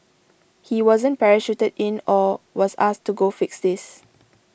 he wasn't parachuted in or was asked to go fix this